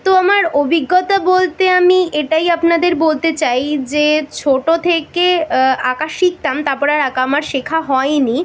তো আমার অভিজ্ঞতা বলতে আমি এটাই আপনাদের বলতে চাই যে ছোটো থেকে আঁকা শিখতাম তারপরে আর আঁকা আমার শেখা হয়নি